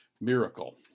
miracle